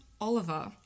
Oliver